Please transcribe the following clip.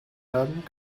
haben